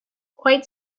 quite